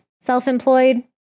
self-employed